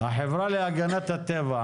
החברה להגנת הטבע,